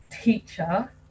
teacher